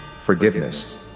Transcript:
forgiveness